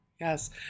Yes